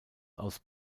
aus